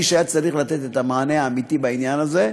מי שהיה צריך לתת את המענה האמיתי בעניין הזה,